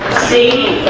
see